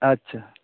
ᱟᱪᱪᱷᱟ